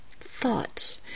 thoughts